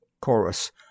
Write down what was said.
Chorus